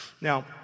Now